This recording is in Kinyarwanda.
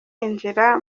yinjira